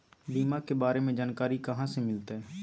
बीमा के बारे में जानकारी कहा से मिलते?